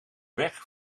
weg